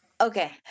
Okay